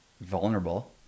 vulnerable